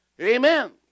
Amen